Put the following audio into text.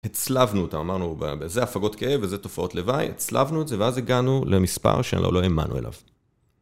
הצלבנו אותה, אמרנו, זה הפגות כאב וזה תופעות לוואי, הצלבנו את זה ואז הגענו למספר שאנחנו לא האמנו אליו.